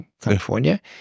California